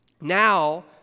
Now